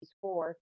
four